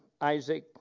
Isaac